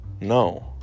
no